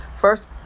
First